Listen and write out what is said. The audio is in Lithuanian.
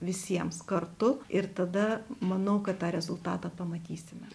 visiems kartu ir tada manau kad tą rezultatą pamatysime